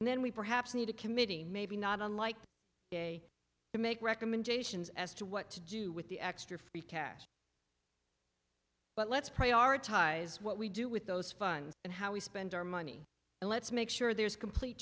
and then we perhaps need a committee maybe not unlike the day to make recommendations as to what to do with the extra cash but let's prioritize what we do with those funds and how we spend our money and let's make sure there's complete